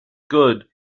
good